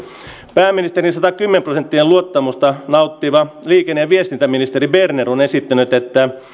pääministerin satakymmentä prosenttista luottamusta nauttiva liikenne ja viestintäministeri berner on esittänyt että